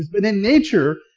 but in nature,